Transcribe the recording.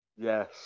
Yes